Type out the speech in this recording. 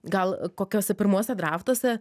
gal kokiuose pirmuose draftuose